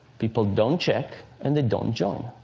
people don't check, and they don't join.